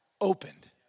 opened